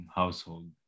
household